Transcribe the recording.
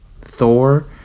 Thor